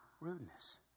rudeness